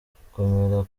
gukomera